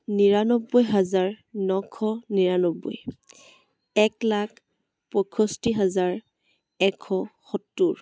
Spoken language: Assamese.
নিৰান্নব্বৈ হাজাৰ নশ নিৰান্নব্বৈ এক লাখ পয়ষষ্ঠি হাজাৰ এশ সত্তৰ